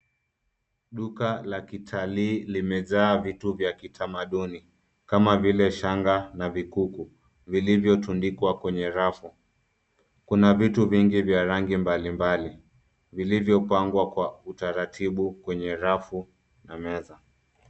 Duka la kitalii limejaa vitu vya kitamaduni, kama vile shanga, na vikuku vilivyotundikwa kwenye rafu, kuna vitu vingi vya rangi mbalimbali, vilivyopangwa kwa utaratibu kwenye rafu, na meza.